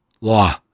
law